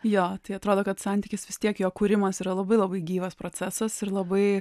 jo tai atrodo kad santykis vis tiek jo kūrimas yra labai labai gyvas procesas ir labai